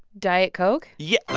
diet coke yeah ah